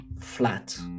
flat